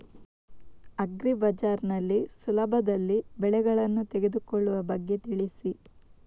agri Bazaar ನಲ್ಲಿ ಸುಲಭದಲ್ಲಿ ಬೆಳೆಗಳನ್ನು ತೆಗೆದುಕೊಳ್ಳುವ ಬಗ್ಗೆ ತಿಳಿಸಿ